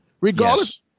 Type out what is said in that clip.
Regardless